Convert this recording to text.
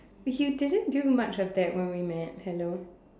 you didn't do much of that when we met hello